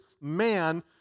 man